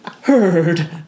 heard